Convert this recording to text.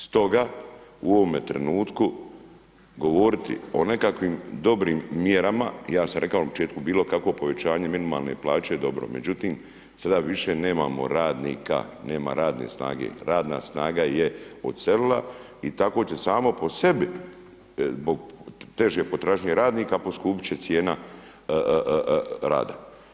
Stoga, u ovome trenutku govoriti o nekakvim dobrim mjerama, ja sam rekao na početku bilo kakvo povećanje minimalne plaće je dobro, međutim, sada više nemamo radnika, nemamo radne snage, radna snaga je odselila i tako će samo po sebi zbog teže potražnje radnika, poskupiti će cijena rada.